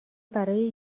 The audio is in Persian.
برای